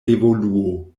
evoluo